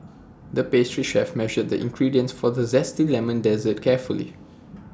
the pastry chef measured the ingredients for the Zesty Lemon Dessert carefully